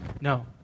No